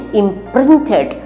imprinted